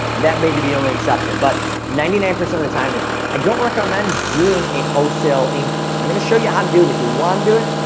that maybe the only exception but ninety nine percent of the time is i don't recommend doing a wholesale increase. i'm gonna show you yeah how to do it if you wanna do it,